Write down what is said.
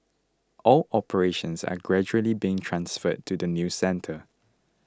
all operations are gradually being transferred to the new centre